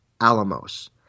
Alamos